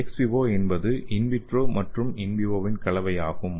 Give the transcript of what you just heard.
X vivo என்பது in vitro மற்றும் in விவோவின் கலவையாகும்